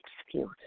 excuse